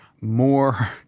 more